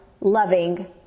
loving